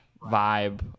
vibe